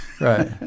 Right